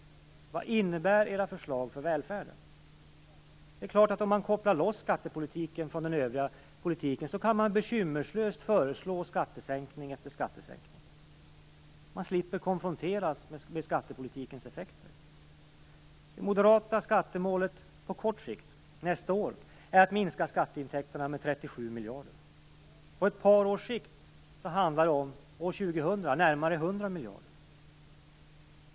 Vad innebär era förslag för välfärden? Om man kopplar loss skattepolitiken från den övriga politiken kan man förstås bekymmerslöst föreslå skattesänkning efter skattesänkning. Man slipper konfronteras med skattepolitikens effekter. Det moderata skattemålet på kort sikt, till nästa år, är att minska skatteintäkterna med 37 miljarder. På ett par års sikt, till år 2000, handlar det om närmare 100 miljarder.